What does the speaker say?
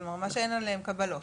כלומר מה שאין עליהם קבלות,